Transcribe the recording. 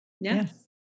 Yes